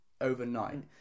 overnight